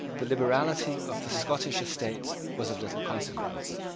the liberality of the scottish estates was of little consequence.